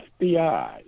FBI